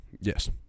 Yes